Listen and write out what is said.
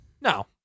No